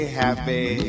happy